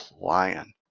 flying